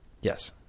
yes